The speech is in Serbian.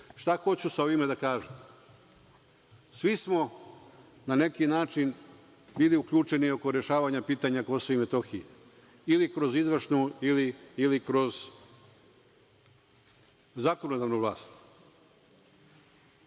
hoću sa ovime da kažem? Svi smo na neki način bili uključeni oko rešavanja pitanja KiM, ili kroz izvršnu ili kroz zakonodavnu vlast. Znači,